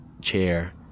chair